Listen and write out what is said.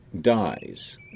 dies